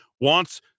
wants